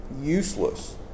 useless